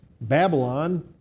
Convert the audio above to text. Babylon